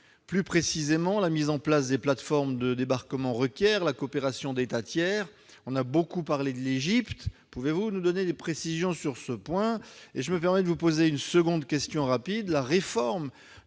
Plus précisément, la mise en place des plateformes de débarquement requiert la coopération d'États tiers. On a beaucoup parlé de l'Égypte. Pouvez-vous nous donner des précisions sur ce point ? Enfin, la réforme du règlement de Dublin se trouve